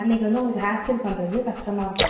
அன்னைக்கி வந்து உங்களுக்கு ஹேர் ஸ்டைல் பண்ணுறதுக்கு கஷ்டமாக இருக்கும்